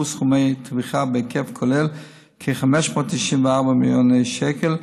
סכומי תמיכה בהיקף כולל של כ-594 מיליוני שקל,